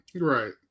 right